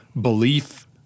belief